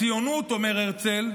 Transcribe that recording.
הציונות, אומר הרצל,